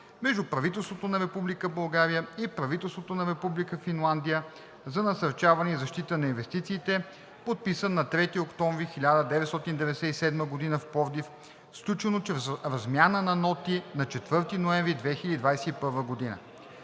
между правителството на Република България и правителството на Република Финландия за насърчаване и защита на инвестициите, подписан на 3 октомври 1997 г. в Пловдив, сключено чрез размяна на ноти на 4 ноември 2021 г.,